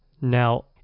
Now